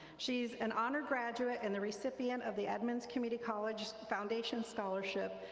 she is an honor graduate and the recipient of the edmonds community college foundation scholarship,